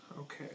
Okay